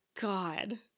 god